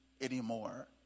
anymore